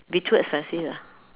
be too expensive lah